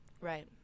Right